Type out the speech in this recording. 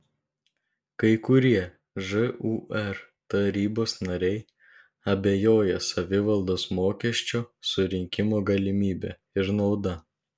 kai kurie žūr tarybos nariai abejoja savivaldos mokesčio surinkimo galimybe ir nauda